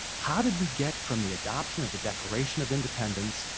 how did we get from the adoption of the declaration of independence,